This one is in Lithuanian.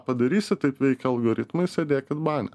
padarysi taip veikia algoritmai sėdėkit bane